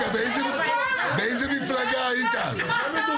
באיזו מפלגה היית אז?